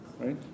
Right